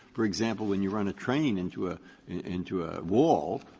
for example, when you run a train into a into a wall,